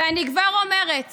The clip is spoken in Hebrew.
אני כבר אומרת